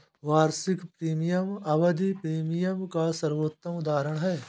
वार्षिक प्रीमियम आवधिक प्रीमियम का सर्वोत्तम उदहारण है